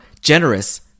generous